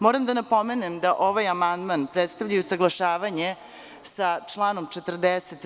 Moram da napomenem da ovaj amandman predstavlja i usaglašavanje sa članom 40.